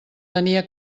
tenia